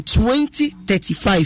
2035